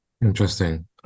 Interesting